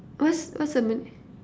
what's what's the mal~